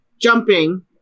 jumping